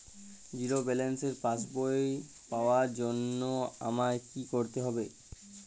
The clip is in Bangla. জিরো ব্যালেন্সের পাসবই পাওয়ার জন্য আমায় কী করতে হবে?